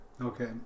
Okay